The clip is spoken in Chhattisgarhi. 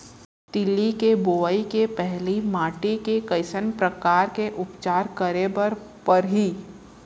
तिलि के बोआई के पहिली माटी के कइसन प्रकार के उपचार करे बर परही?